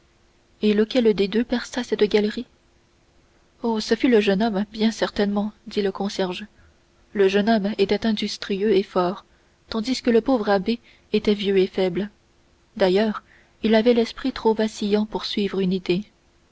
et lequel des deux perça cette galerie oh ce fut le jeune homme bien certainement dit le concierge le jeune homme était industrieux et fort tandis que le pauvre abbé était vieux et faible d'ailleurs il avait l'esprit trop vacillant pour suivre une